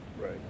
right